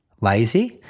lazy